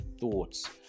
thoughts